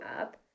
up